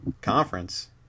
Conference